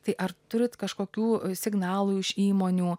tai ar turit kažkokių signalų iš įmonių